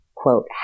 quote